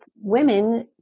women